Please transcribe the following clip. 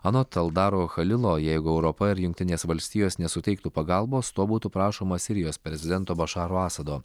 anot eldaro chalilo jeigu europa ir jungtinės valstijos nesuteiktų pagalbos to būtų prašoma sirijos prezidento bašaro asado